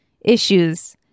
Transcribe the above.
issues